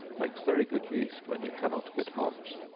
makes very good yeast when you cannot get hops.